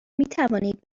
مینوانید